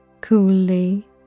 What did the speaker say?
Coolly